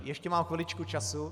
Ještě mám chviličku času?